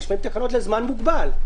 יש גם תקנות לזמן מוגבל,